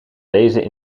lezen